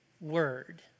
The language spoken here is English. word